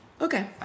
Okay